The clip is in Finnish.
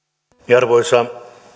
arvoisa